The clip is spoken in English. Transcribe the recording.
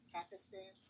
Pakistan